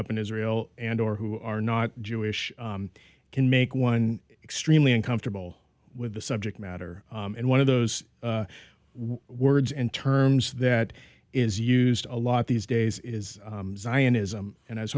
up in israel and or who are not jewish can make one extremely uncomfortable with the subject matter and one of those words and terms that is used a lot these days is zionism and i was